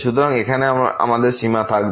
সুতরাং এখন এখানে সীমা থাকবে